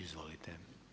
Izvolite.